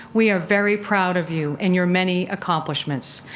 we are very proud of you and your many accomplishments.